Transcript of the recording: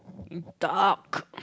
duck